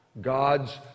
god's